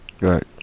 Right